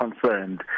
concerned